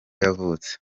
yavutse